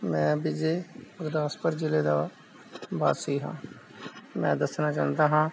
ਮੈਂ ਵਿਜੇ ਗੁਰਦਾਸਪੁਰ ਜ਼ਿਲ੍ਹੇ ਦਾ ਵਾਸੀ ਹਾਂ ਮੈਂ ਦੱਸਣਾ ਚਾਹੁੰਦਾ ਹਾਂ